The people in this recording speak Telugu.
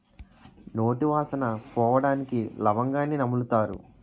నోటి వాసన పోవడానికి లవంగాన్ని నములుతారు